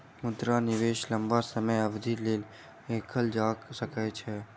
मुद्रा निवेश लम्बा समय अवधिक लेल कएल जा सकै छै